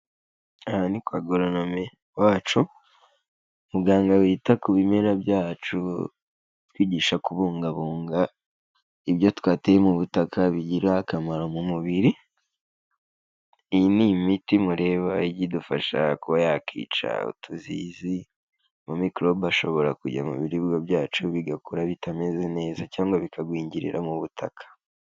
Aha ni kwa goronome wacu, muganga wita ku bimera byacu, utwigisha kubungabunga ibyo twateye mu butaka, bigira akamaro mu mubiri, iyi ni imiti mureba ijya idufasha kuba yakica utuzizi ama mikorobe ashobora kujya mu biribwa byacu bigakura bitameze neza, cyangwa bikagwingirira mu butaka.